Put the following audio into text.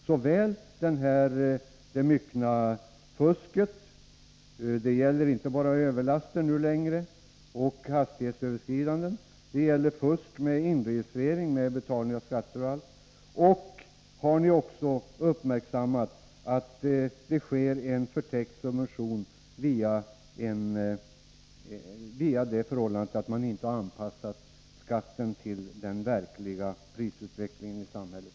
Jag tänker såväl på det myckna fusket — det gäller inte längre bara överlaster och hastighetsöverskridanden, utan också inregistrering, inbetalning av skatt och annat — som på den förtäckta subvention som blir följden av att man inte anpassat beskattningen till den verkliga prisutvecklingen i samhället.